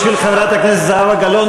בשביל חברת הכנסת זהבה גלאון,